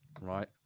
Right